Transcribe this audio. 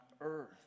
earth